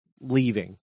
leaving